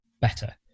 better